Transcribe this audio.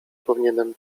powinienem